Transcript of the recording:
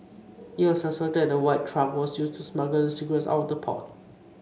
it was suspected that a white truck was used to smuggle the cigarettes out of the port